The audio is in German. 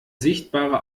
sichtbare